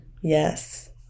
Yes